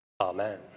Amen